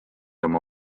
oma